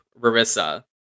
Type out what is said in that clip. Rarissa